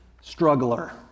struggler